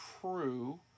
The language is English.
true